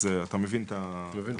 אז אתה מבין את הפערים.